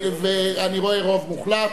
אני רואה רוב מוחלט.